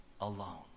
alone